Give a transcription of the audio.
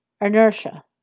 inertia